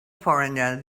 foreigner